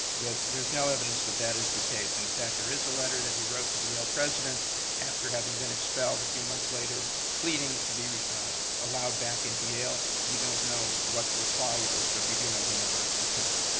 there's there's no evidence that that is the case. and in fact, there is a letter that he wrote to the yale president after having been expelled a few months later pleading to be allowed back into yale. we don't know what the reply was, but we do know he never returned.